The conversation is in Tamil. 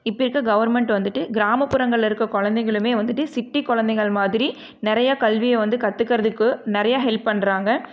இப்போ இருக்கற கவர்மெண்ட் வந்துட்டு கிராமப்புறங்களில் இருக்கற கொழந்தைங்களுமே வந்துட்டு சிட்டி கொழந்தைகள் மாதிரி நிறையா கல்வியை வந்து கற்றுக்கிறதுக்கு நிறையா ஹெல்ப் பண்ணுறாங்க